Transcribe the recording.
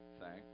thanks